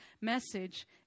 message